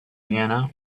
vienna